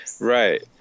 Right